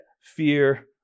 fear